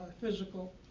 physical